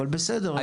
אבל בסדר.